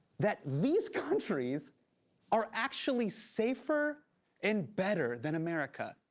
that these countries are actually safer and better than america.